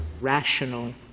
rational